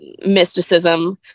mysticism